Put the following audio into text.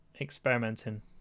experimenting